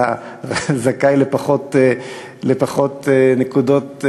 אתה זכאי לפחות נקודות,